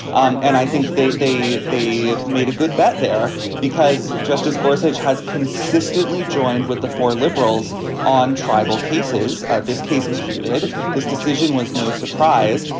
um and i think they they they made a good bet there because justice gorsuch has consistently joined with the four liberals on tribal cases. this case included this decision was no surprise.